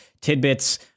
tidbits